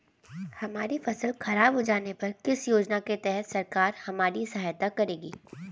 हमारी फसल खराब हो जाने पर किस योजना के तहत सरकार हमारी सहायता करेगी?